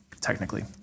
technically